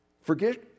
Forget